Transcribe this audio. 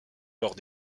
lors